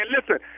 Listen